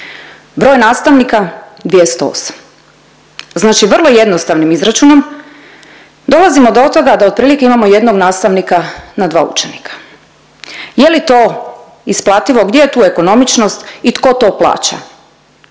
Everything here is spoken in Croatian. Broj nastavnika 208. Znači vrlo jednostavnim izračunom dolazimo do toga da otprilike imamo jednog nastavnika na dva učenika. Je li to isplativo, gdje je tu ekonomičnost i tko to plaća?